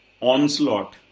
onslaught